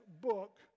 book